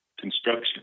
construction